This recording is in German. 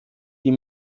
die